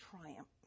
triumph